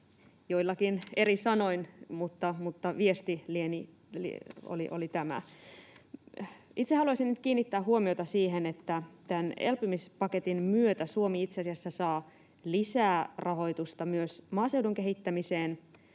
joillakin eri sanoilla, mutta viesti oli tämä. Itse haluaisin nyt kiinnittää huomiota siihen, että tämän elpymispaketin myötä Suomi itse asiassa saa lisää rahoitusta myös maaseudun kehittämiseen,